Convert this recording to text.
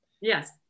Yes